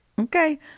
okay